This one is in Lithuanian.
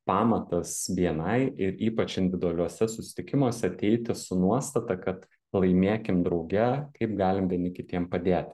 pamatas bni ir ypač individualiuose susitikimuose ateiti su nuostata kad laimėkim drauge kaip galim vieni kitiem padėti